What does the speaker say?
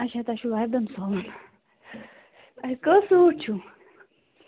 اَچھا تۄہہِ چھُو وردن سُوُن کٔژ سوٗٹ چھُو